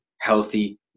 healthy